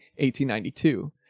1892